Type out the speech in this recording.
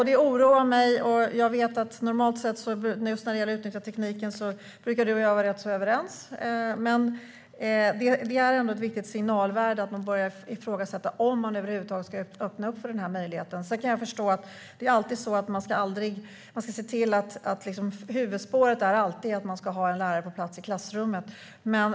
Det oroar mig. När det gäller just att utnyttja tekniken brukar Gustav Fridolin och jag normalt sett vara rätt så överens. Men det är ändå ett viktigt signalvärde att man börjar ifrågasätta om man över huvud taget ska öppna för denna möjlighet. Jag kan förstå att huvudspåret alltid är att man ska ha en lärare på plats i klassrummet.